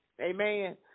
amen